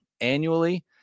annually